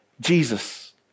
Jesus